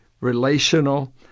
relational